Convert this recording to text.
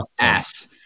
ass